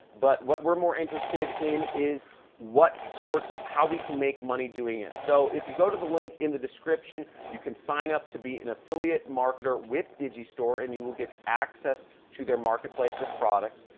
but what we're more interested in is what sorts, how we can make money doing it. so, if you go to the link in the description, you can sign up to be an affiliate marketer with digistore and you will get access to their marketplace of products.